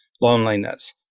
loneliness